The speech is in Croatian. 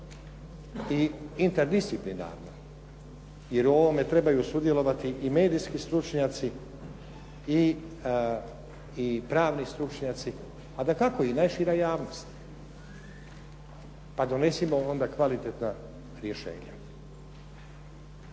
i interdisciplinarno, jer u ovome trebaju sudjelovati i medijski stručnjaci i pravni stručnjaci, a dakako i najšira javnost. Pa donesimo onda kvalitetna rješenja.